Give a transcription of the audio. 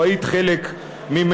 או היית חלק ממנה.